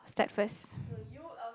start first